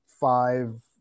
five